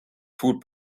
foot